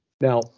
Now